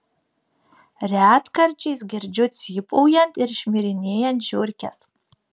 retkarčiais girdžiu cypaujant ir šmirinėjant žiurkes